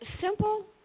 simple